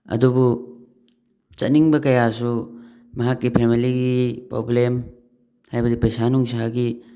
ꯑꯗꯨꯕꯨ ꯆꯠꯅꯤꯡꯕ ꯀꯌꯥꯁꯨ ꯃꯍꯥꯛꯀꯤ ꯐꯦꯃꯤꯂꯤꯒꯤ ꯄ꯭ꯔꯣꯕ꯭ꯂꯦꯝ ꯍꯥꯏꯕꯗꯤ ꯄꯩꯁꯥ ꯅꯨꯡꯁꯥꯒꯤ